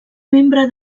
membre